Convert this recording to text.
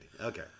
okay